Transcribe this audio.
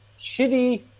shitty